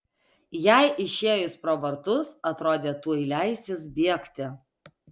jai išėjus pro vartus atrodė tuoj leisis bėgti